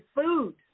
food